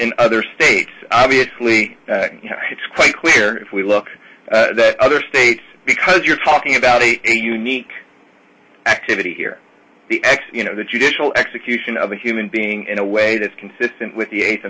in other states obviously it's quite clear if we look at other states because you're talking about a unique activity here you know the judicial execution of a human being in a way that consistent with the eighth